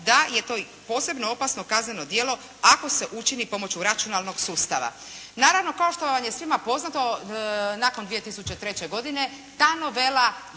da je to posebno opasno kazneno djelo ako se učini pomoću računalnog sustava. Naravno kao što vam je svima poznato, nakon 2003. godine ta novela